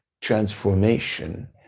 transformation